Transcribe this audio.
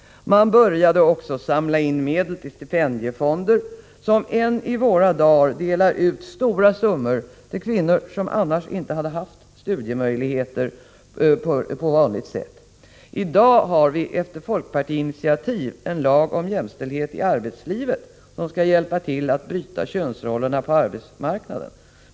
Man började också samla in medel till stipendiefonder, som än i våra dagar delar ut stora summor till kvinnor som annars inte hade haft studiemöjligheter på vanligt sätt. I dag har vi efter folkpartiinitiativ en lag om jämställdhet i arbetslivet, som bl.a. skall hjälpa till att bryta könsrollerna på arbetsmarknaden.